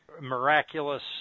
miraculous